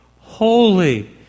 holy